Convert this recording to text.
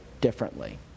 differently